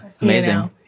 amazing